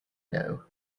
know